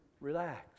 relax